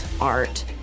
art